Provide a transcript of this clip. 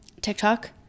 TikTok